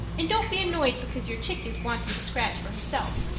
and don't be annoyed because your chick is wanting to scratch for herself.